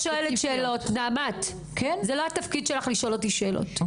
זה לא התפקיד שלך לשאול אותי שאלות.